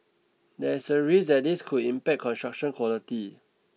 there is a risk that this could impact construction quality